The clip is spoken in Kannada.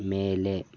ಮೇಲೆ